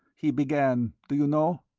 he began. do you know?